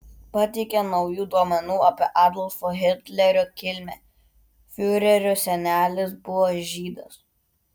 pateikė naujų duomenų apie adolfo hitlerio kilmę fiurerio senelis buvo žydas